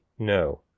No